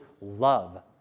love